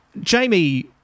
Jamie